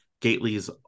Gately's